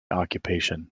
occupation